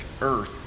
earth